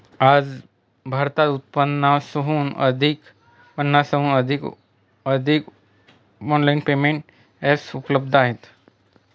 आज भारतात पन्नासहून अधिक ऑनलाइन पेमेंट एप्स उपलब्ध आहेत